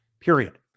period